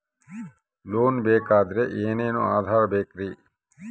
Loan ಬೇಕಾದ್ರೆ ಏನೇನು ಆಧಾರ ಬೇಕರಿ?